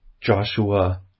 Joshua